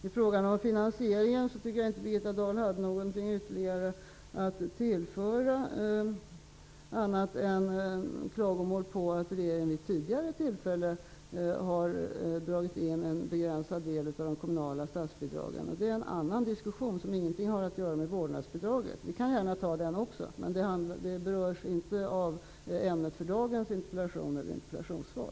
I fråga om finansieringen tycker jag inte att Birgitta Dahl hade någonting att tillföra annat än klagomål på att regeringen vid ett tidigare tillfälle har dragit in en begränsad del av statsbidragen till kommunerna. Det är en annan diskussion, som ingenting har att göra med vårdnadsbidraget. Vi kan gärna ta den också, men den berörs inte av ämnet för dagens interpellation och interpellationssvar.